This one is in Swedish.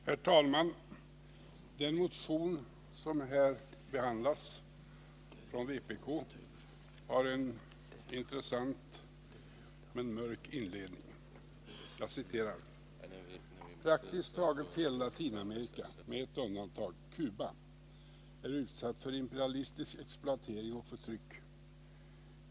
Herr talman! Den motion från vpk som nu behandlas har en intressant men mörk inledning: ”Praktiskt taget hela Latinamerika med ett undantag, Cuba, är utsatt för imperialistisk exploatering och förtryck.